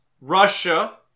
Russia